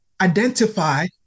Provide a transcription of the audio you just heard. identify